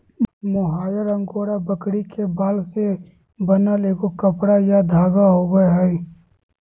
mohair angora बकरी के बाल से बनल एगो कपड़ा या धागा होबैय हइ